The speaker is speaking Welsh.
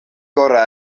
gorau